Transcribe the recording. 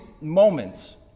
moments